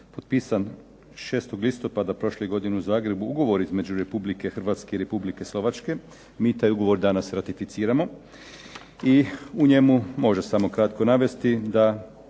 potpisan 6. listopada prošle godine u Zagrebu ugovor između Republike Hrvatske i Republike Slovačke. Mi danas taj ugovora ratificiramo. I u njemu može samo kratko navesti da